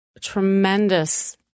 tremendous